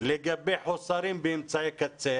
לגבי חוסר באמצעי קצה.